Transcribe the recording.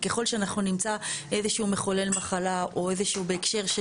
וככל שאנחנו נמצא איזה שהוא מחולל מחלה או איזה שהוא בהקשר,